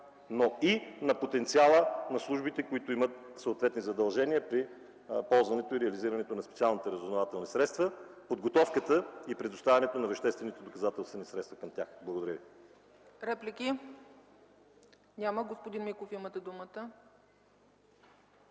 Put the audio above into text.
но и на потенциала на службите, които имат съответни задължения при ползването и реализирането на специалните разузнавателни средства, подготовката и предоставянето на веществените доказателствени средства към тях. Благодаря ви. ПРЕДСЕДАТЕЛ ЦЕЦКА ЦАЧЕВА: Реплики? Няма. Имате думата,